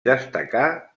destacà